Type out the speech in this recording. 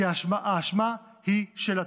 כי האשמה היא של התוקף.